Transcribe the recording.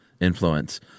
influence